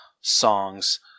songs